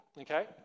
okay